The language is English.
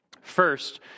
First